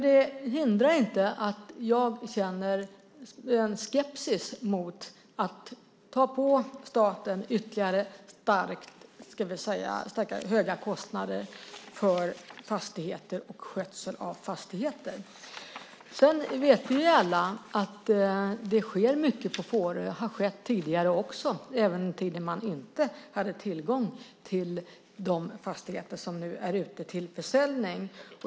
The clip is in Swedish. Det hindrar inte att jag känner en skepsis mot att ta på staten ytterligare höga kostnader för fastigheter och skötsel av fastigheter. Vi vet alla att det sker och också tidigare har skett mycket på Fårö. Det gäller även den tiden man inte hade tillgång till de fastigheter som nu är ute till försäljning.